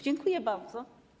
Dziękuję bardzo.